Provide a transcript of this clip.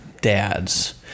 dads